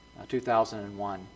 2001